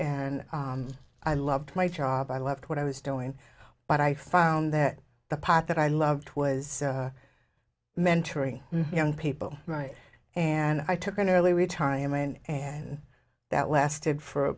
and i loved my job i loved what i was doing but i found that the part that i loved was mentoring young people right and i took an early retirement and that lasted for